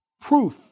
proof